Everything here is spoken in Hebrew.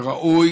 וראוי